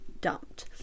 dumped